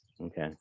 okay